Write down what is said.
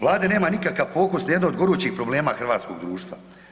Vlada nema nikakav fokus na jedno od gorućih problema hrvatskog društva.